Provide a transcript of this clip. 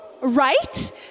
right